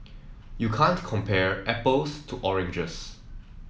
you can't compare apples to oranges